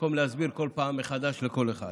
במקום להסביר כל פעם מחדש לכל אחד.